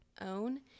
own